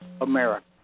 America